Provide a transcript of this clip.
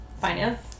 finance